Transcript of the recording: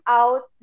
out